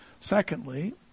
Secondly